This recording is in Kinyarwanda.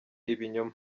ibinyoma